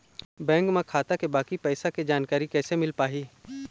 Bank म खाता के बाकी पैसा के जानकारी कैसे मिल पाही?